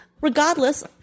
Regardless